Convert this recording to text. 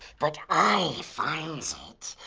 but i finds it.